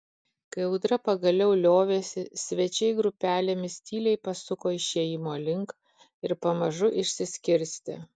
kai audra pagaliau liovėsi svečiai grupelėmis tyliai pasuko išėjimo link ir pamažu išsiskirstė